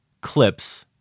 clips